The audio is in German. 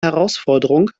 herausforderung